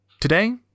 Today